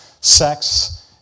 sex